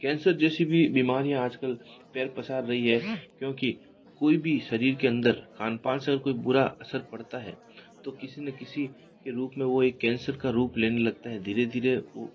cancer जैसी भी बीमारियाँ है आज कल पैर पसार रही है क्योंकि कोई भी शरीर के अंदर खान पान से कोई बुरा असर पड़ता है तो किसी ना किसी के रूप में वो एक कैंसर का रूप लेने लगता है धीरे धीरे वो